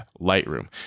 Lightroom